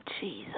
Jesus